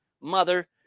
mother